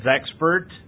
expert